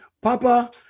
papa